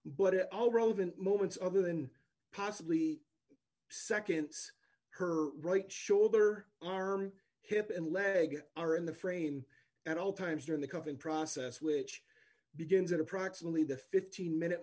it all relevant moments other than possibly seconds her right shoulder arm hip and leg are in the frame at all times during the coven process which begins at approximately the fifteen minute